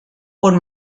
con